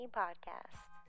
podcast